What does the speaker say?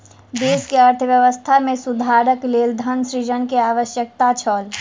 देश के अर्थव्यवस्था में सुधारक लेल धन सृजन के आवश्यकता छल